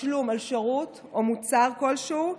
תשלום על שירות או מוצר כלשהו,